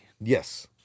Yes